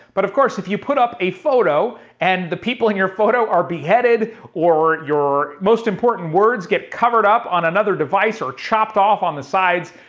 but of course, if you put up a photo and the people in your photo are beheaded or your most important words get covered up on another device or chopped off on the sides,